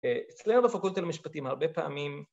אצלנו בפרקולטה למשפטים הרבה פעמים